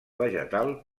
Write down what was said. vegetal